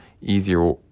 easier